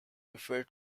refer